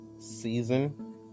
season